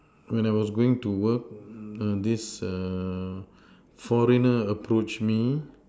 when I was going to work err this err foreigner approached me